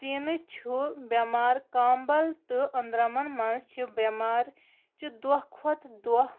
سیٖنہٕ چھُ بٮ۪مار کانٛبَل تہٕ أنٛدرَمَن منٛز چھِ بٮ۪مار چھِ دۄہ کھۄتہٕ دۄہ